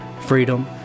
freedom